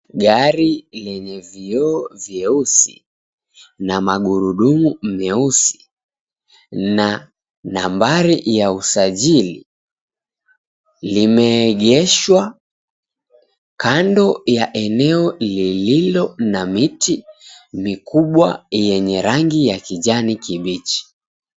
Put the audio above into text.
Gari lenye vioo vyeusi na magurudumu meusi na nambari ya usajili limeegeshwa kando ya eneo lililo na miti mikubwa yenye rangi ya kijani kibichi.